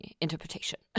interpretation